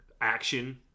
action